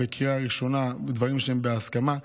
קריאה ראשונה על דברים שהם בהסכמה.